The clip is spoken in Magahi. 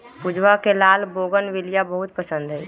पूजवा के लाल बोगनवेलिया बहुत पसंद हई